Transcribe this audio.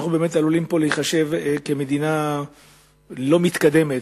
אנחנו עלולים להיחשב למדינה לא מתקדמת,